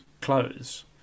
clothes